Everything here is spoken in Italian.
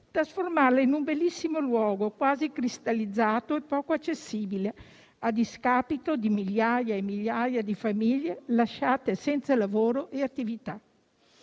trasformarla in un bellissimo luogo quasi cristallizzato e poco accessibile, a discapito di migliaia e migliaia di famiglie lasciate senza lavoro e attività.